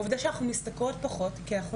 העובדה שאנחנו משתכרות פחות כי אנחנו